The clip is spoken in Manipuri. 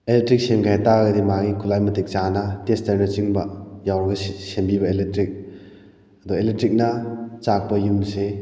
ꯏꯂꯦꯛꯇ꯭ꯔꯤꯛ ꯁꯦꯝꯒꯦ ꯍꯥꯏꯕꯇꯥꯔꯒꯗꯤ ꯃꯥꯒꯤ ꯈꯨꯂꯥꯏ ꯃꯇꯤꯛ ꯆꯥꯅ ꯇꯦꯁꯇꯔꯅꯆꯤꯡꯕ ꯌꯥꯎꯔꯒ ꯁꯦꯝꯕꯤꯕ ꯏꯂꯦꯛꯇ꯭ꯔꯤꯛ ꯑꯗꯣ ꯏꯂꯦꯛꯇ꯭ꯔꯤꯛꯅ ꯆꯥꯛꯄ ꯌꯨꯝꯁꯦ